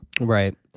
Right